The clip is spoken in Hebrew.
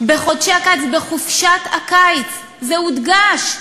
"בחודשי הקיץ", "בחופשת הקיץ", זה הודגש,